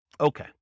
Okay